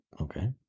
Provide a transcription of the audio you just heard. okay